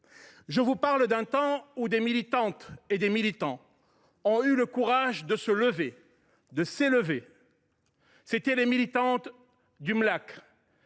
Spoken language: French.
Je vous parle d’un temps où des militantes et des militants ont eu le courage de se lever et d’élever la voix. C’étaient les militantes du Mlac